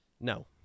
No